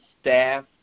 staff